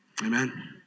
Amen